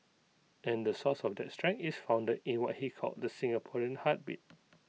and the source of that strength is founded in what he called the Singaporean heartbeat